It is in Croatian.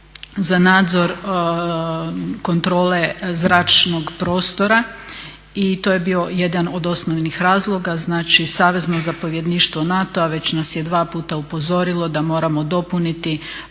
za nadzor kontrole zračnog prostora i to je bio jedan od osnovnih razloga. Znači Savezno zapovjedništvo NATO-a već nas je dva puta upozorilo da moramo dopuniti